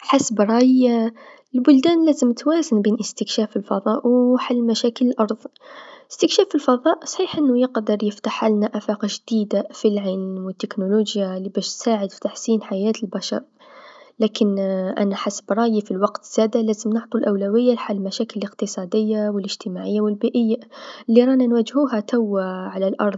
حسب رأيي البلدان لازم توازن بين إستكشاف الفضاء و حل مشاكل الأرض، إستكشاف الفضاء صحيح أنو قادر يفتحنا آفاق جديدا في العلم و التكنولوجيا لباش تساعدك في تحسين حياة البشر لكن أنا حسب رايي في الوقت زادا لازم نعطو الأولويه لحل مشاكل الإقتصاديه و الإجتماعيه و البيئيه لرانا نواجهوها توا على الأرض.